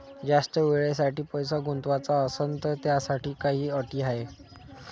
जास्त वेळेसाठी पैसा गुंतवाचा असनं त त्याच्यासाठी काही अटी हाय?